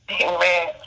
Amen